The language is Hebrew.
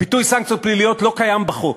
הביטוי "סנקציות פליליות" לא קיים בחוק.